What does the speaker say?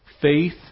faith